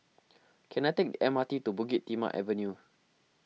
can I take the M R T to Bukit Timah Avenue